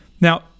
Now